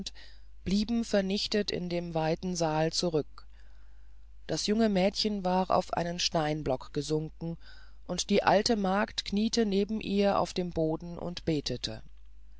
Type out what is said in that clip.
blieben vernichtet in dem weiten saal zurück das junge mädchen war auf einen steinblock gesunken und die alte magd kniete neben ihr auf dem boden und betete